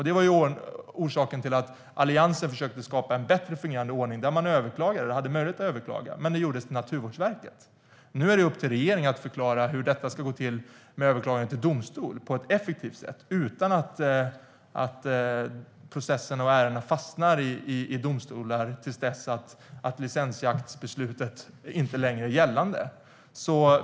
Det var orsaken till att Alliansen försökte skapa en bättre fungerande ordning där man hade möjlighet att överklaga, men det gjordes till Naturvårdsverket. Nu är det upp till regeringen att förklara hur det ska gå till med överklagande till domstol på ett effektivt sätt utan att processerna och ärendena fastnar i domstolar till dess att licensjaktsbeslutet inte längre är gällande.